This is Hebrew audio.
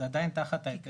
זה עדיין תחת ההיתר.